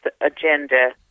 agenda